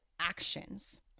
actions